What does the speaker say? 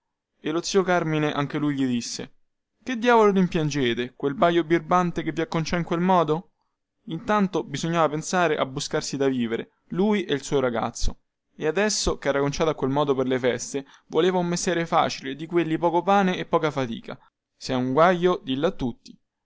e lo zio carmine anche lui disse che diavolo rimpiangete quel baio birbante che vi azzoppò a quel modo intanto bisognava pensare a buscarsi da vivere lui e il suo ragazzo e adesso chera conciato a quel modo per le feste voleva essere un mestiere facile di quelli poco pane e poca fatica se hai un guaio dillo a tutti